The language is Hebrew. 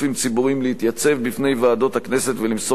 להתייצב בפני ועדות הכנסת ולמסור להן מידע,